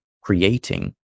creating